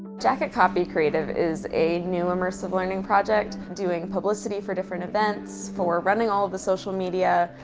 jacket copy creative is a new immersive learning project doing publicity for different events, for running all the social media,